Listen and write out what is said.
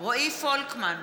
רועי פולקמן,